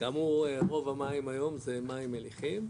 כאמור, רוב המים היום זה מים מליחים,